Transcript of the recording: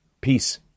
peace